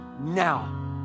now